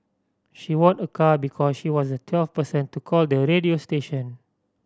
she won a car because she was the twelfth person to call the radio station